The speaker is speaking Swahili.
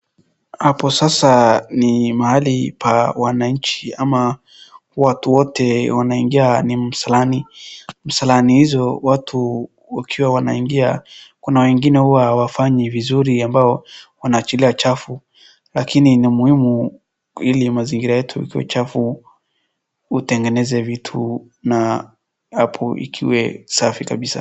Hapo sasa ni mahali pa wananchi ama watu wote wanaingia ni msalani, msalani hizo watu wakiwa wanaingia kuna wengine huwa hawafanyi vizuri ambao wanaachilia chafu, lakini ni muhimu ili mazingira yetu itoe chafu utengeneze vitu na hapo ikiwe safi kabisa.